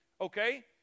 Okay